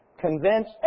convince